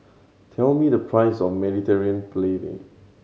tell me the price of Mediterranean Penne